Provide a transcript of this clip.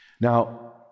Now